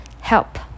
Help